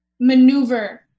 maneuver